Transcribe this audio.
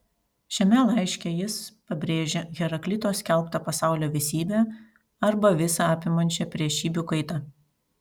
šiame laiške jis pabrėžia heraklito skelbtą pasaulio visybę arba visą apimančią priešybių kaitą